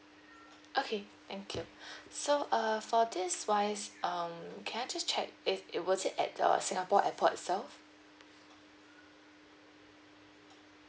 okay thank you so uh for this wise um can I just check if it was it at the singapore airport itself